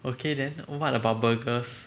okay then what about burgers